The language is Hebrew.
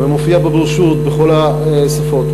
ומופיע בברושורות בכל השפות,